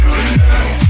Tonight